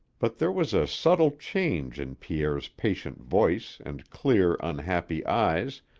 but there was a subtle change in pierre's patient voice and clear, unhappy eyes,